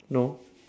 no